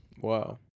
Wow